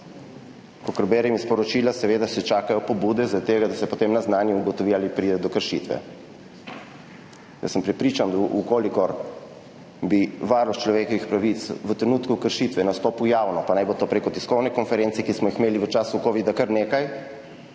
Kakor berem iz poročila, se čakajo pobude, zaradi tega da se potem naznani in ugotovi, ali pride do kršitve. Jaz sem prepričan, da če bi Varuh človekovih pravic v trenutku kršitve nastopil javno – pa naj bo to prek tiskovnih konferenc, ki smo jih imeli v času covida kar nekaj,